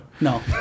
no